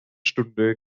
stunde